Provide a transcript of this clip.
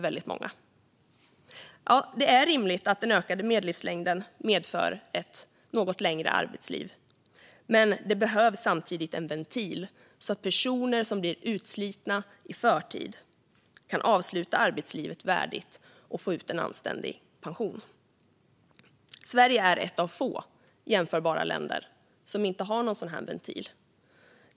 Ja, det är rimligt att den ökade medellivslängden medför ett något längre arbetsliv, men det behövs samtidigt en ventil, så att personer som blir utslitna i förtid kan avsluta arbetslivet värdigt och få ut en anständig pension. Sverige är ett av få jämförbara länder som inte har någon sådan ventil.